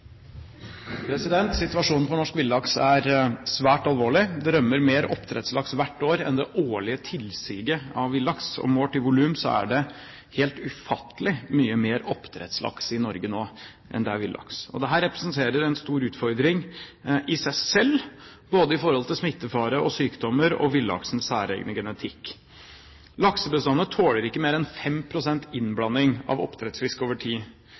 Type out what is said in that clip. rømmer mer oppdrettslaks hvert år enn det årlige tilsiget av villaks. Målt i volum er det helt ufattelig mye mer oppdrettslaks i Norge nå enn det er villaks. Dette representerer en stor utfordring i seg selv, hva gjelder både smittefare og sykdommer og villaksens særegne genetikk. Laksebestandene tåler ikke mer enn 5 pst. innblanding av oppdrettsfisk over tid.